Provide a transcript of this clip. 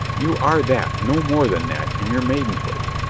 you are that, no more than that, in your maidenhood.